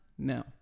No